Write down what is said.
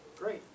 Great